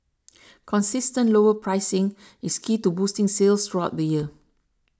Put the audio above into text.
consistent lower pricing is key to boosting sales throughout the year